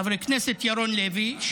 חבר הכנסת ירון לוי,